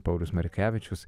paulius markevičius